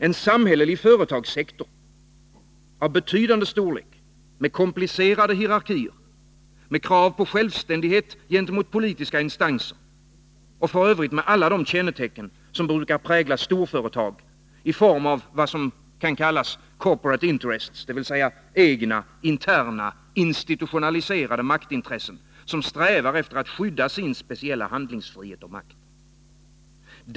En samhällelig företagssektor av betydande storlek med komplicerade hierarkier, med krav på självständighet gentemot politiska instanser och f. ö. med alla de kännetecken som brukar prägla storföretag i form av vad som kan kallas ”corporate interests” — dvs. egna, interna, institutionaliserade maktintressen, som strävar efter att skydda sin speciella handlingsfrihet och makt.